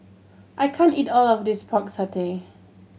I can't eat all of this Pork Satay